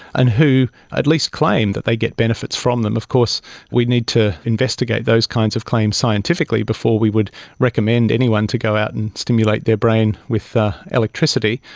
and who at least claim that they get benefits from them. of course we need to investigate those kinds of claims scientifically before we would recommend anyone to go out and stimulate their brain with electricity.